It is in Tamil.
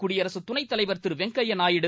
குடியரசு துணைத்தலைவர் திரு வெங்கையா நாயுடு